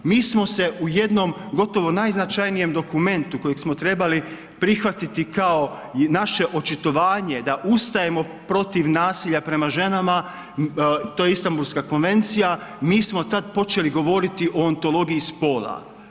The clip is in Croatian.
Mi smo se u jednom gotovo najznačajnijem dokumentu kojeg smo trebali prihvatiti kao naše očitovanje da ustajemo protiv nasilja prema ženama, to je Istanbulska konvencija mi smo tad počeli govoriti o antologiji spola.